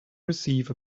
receive